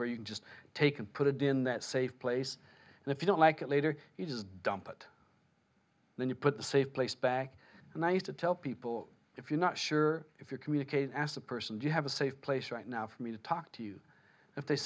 where you can just take and put it in that safe place and if you don't like it later you just dump it then you put the safe place back and i used to tell people if you're not sure if you communicate as a person do you have a safe place right now for me to talk to you if they